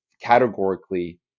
categorically